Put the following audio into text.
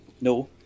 No